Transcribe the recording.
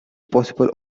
possible